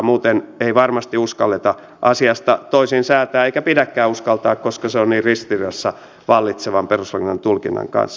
muuten ei varmasti uskalleta asiasta toisin säätää eikä pidäkään uskaltaa koska se on niin ristiriidassa vallitsevan perustuslakivaliokunnan tulkinnan kanssa